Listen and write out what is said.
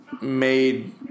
made